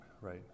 right